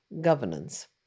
governance